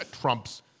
Trump's